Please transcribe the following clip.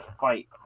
fight